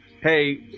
hey